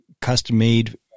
custom-made